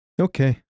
Okay